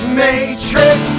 matrix